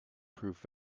proof